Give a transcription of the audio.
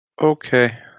Okay